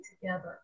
together